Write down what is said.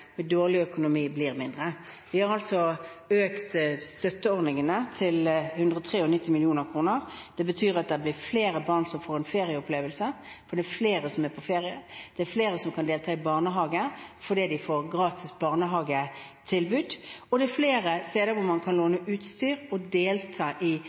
med dårlig økonomi, blir mindre. Vi har økt støtteordningene til 193 mill. kr. Det betyr at det blir flere barn som får en ferieopplevelse, for det er flere som er på ferie. Det er flere som kan være i barnehage fordi de får gratis barnehagetilbud, og det er flere steder hvor man kan låne utstyr og delta i